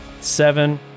seven